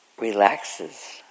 relaxes